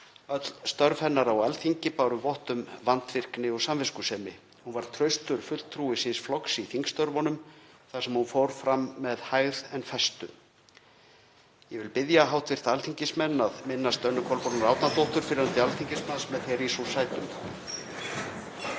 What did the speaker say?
Öll störf hennar á Alþingi báru vott um vandvirkni og samviskusemi. Hún var traustur fulltrúi síns flokks í þingstörfunum þar sem hún fór fram með hægð en festu. Ég bið hv. alþingismenn að minnast Önnu Kolbrúnar Árnadóttur, fyrrverandi alþingismanns, með því að rísa úr sætum.